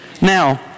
Now